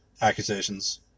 accusations